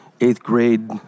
eighth-grade